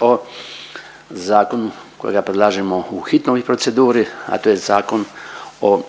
o zakonu kojega predlažemo u hitnoj proceduri, a to je zakon o,